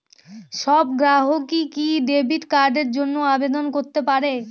সব গ্রাহকই কি ডেবিট কার্ডের জন্য আবেদন করতে পারে?